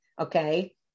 okay